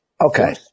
Okay